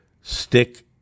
stick